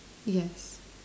yes